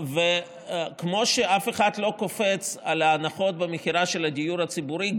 כמו שאף אחד לא קופץ על ההנחות במכירה של הדיור הציבורי,